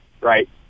right